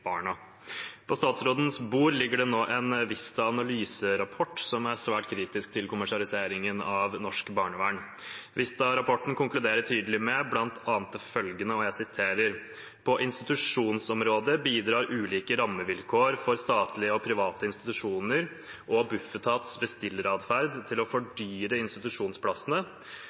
barna. På statsrådens bord ligger det nå en Vista Analyse-rapport som er svært kritisk til kommersialiseringen av norsk barnevern. Vista-rapporten konkluderer tydelig med bl.a. følgende: «På institusjonsområdet bidrar ulike rammevilkår for statlige og private institusjoner og Bufetats bestilleratferd til å fordyre institusjonsplassene,